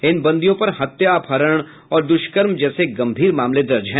इन बंदियों पर हत्या अपहरण और दृष्कर्म जैसे गंभीर मामले दर्ज है